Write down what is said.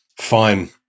fine